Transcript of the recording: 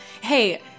Hey